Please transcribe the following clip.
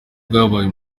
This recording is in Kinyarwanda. bwabaye